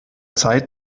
zeit